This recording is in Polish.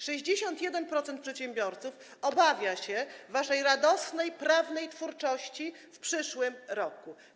61% przedsiębiorców obawia się waszej radosnej, prawnej twórczości w przyszłym roku.